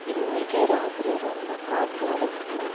இன்னிக்கு ராத்திரி ரொம்ப காற்று அடிக்குமா